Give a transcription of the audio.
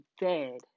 dead